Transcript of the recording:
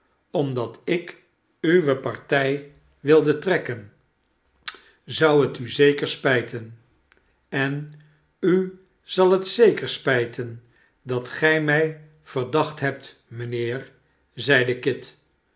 omdat ik uwe partij wilde trekken zou het u zeker spijten en u zal het zeker spijten dat gij mij verdacht hebt mijnheer zeide kit